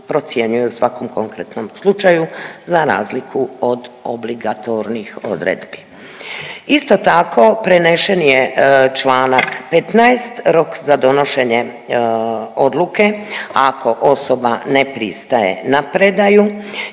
procjenjuje u svakom konkretnom slučaju za razliku od obligatornih odredbi. Isto tako, prenesen je članak 15. rok za donošenje odluke ako osoba ne pristaje da ne